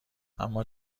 اِما